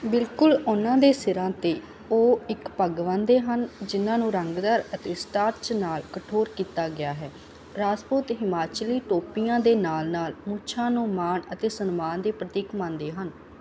ਬਿਲਕੁਲ ਉਨ੍ਹਾਂ ਦੇ ਸਿਰਾਂ 'ਤੇ ਉਹ ਇੱਕ ਪੱਗ ਬੰਨ੍ਹਦੇ ਹਨ ਜਿਹਨਾਂ ਨੂੰ ਰੰਗਦਾਰ ਅਤੇ ਸਟਾਰਚ ਨਾਲ ਕਠੋਰ ਕੀਤਾ ਗਿਆ ਹੈ ਰਾਜਪੂਤ ਹਿਮਾਚਲੀ ਟੋਪੀਆਂ ਦੇ ਨਾਲ ਨਾਲ ਮੁੱਛਾਂ ਨੂੰ ਮਾਣ ਅਤੇ ਸਨਮਾਨ ਦੇ ਪ੍ਰਤੀਕ ਮੰਨਦੇ ਹਨ